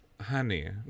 Honey